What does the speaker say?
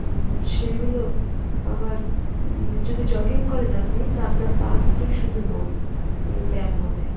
সেইগুলো আবার যদি জগিং করেন আপনি তা আপনার পা দুটোই শুধু নড়ে ব্যায়াম হবে